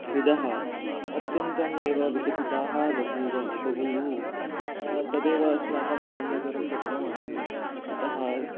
हृदः अत्यन्तमेव विकसिताः बभूव बभूवुः तदेव अस्माकमानन्दकरं तत्त्वमासीत् अतः